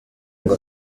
ngo